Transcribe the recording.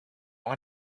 want